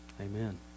Amen